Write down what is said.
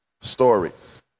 stories